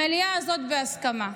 המליאה הזאת בהסכמה,